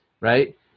right